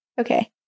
Okay